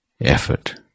effort